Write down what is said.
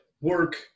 work